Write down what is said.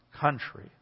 country